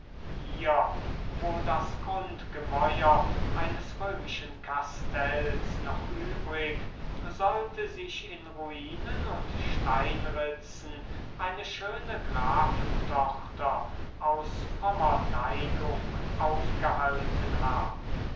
hier wo das grundgemäuer eines römischen kastells noch übrig sollte sich in ruinen und steinritzen eine schöne grafentochter aus frommer neigung aufgehalten haben